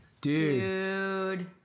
Dude